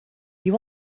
you